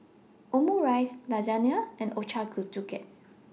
Omurice Lasagne and Ochazuke